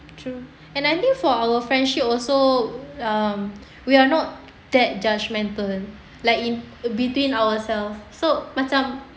and I think for our friendship also um we are not that judgmental like in uh between ourselves so macam